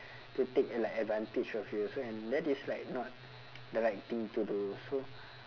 to take like advantage of you so and that is like not the right thing to do so